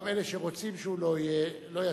גם אלה שרוצים שהוא לא יהיה, לא יצליחו.